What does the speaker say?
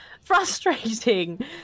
frustrating